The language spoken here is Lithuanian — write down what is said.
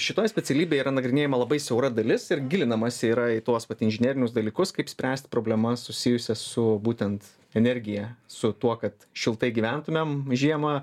šitoj specialybėj yra nagrinėjama labai siaura dalis ir gilinamasi yra į tuos vat inžinerinius dalykus kaip spręst problemas susijusias su būtent energija su tuo kad šiltai gyventumėm žiemą